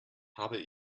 habe